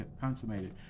consummated